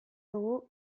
dugu